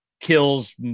kills